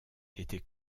était